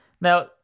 now